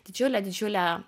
didžiulė didžiulė